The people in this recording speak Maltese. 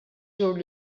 xhur